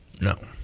No